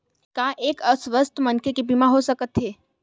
का एक अस्वस्थ मनखे के बीमा हो सकथे?